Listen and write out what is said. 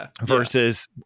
versus